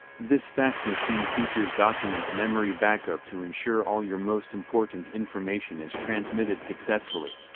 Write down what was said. this fax machine features document memory backup to ensure all your most important information is transmitted successfully.